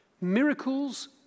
Miracles